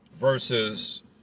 versus